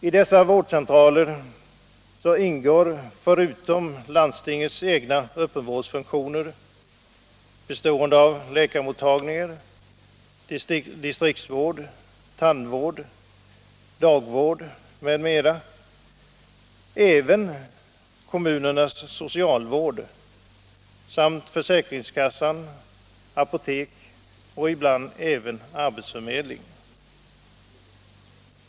I dessa vårdcentraler ingår förutom landstingets egna öppenvårdsfunktioner, bestående av läkarmottagningar, distriktsvård, tandvård, dagvård m.m., även kommunernas socialvård samt försäkringskassa, apotek och ibland också arbetsförmedling.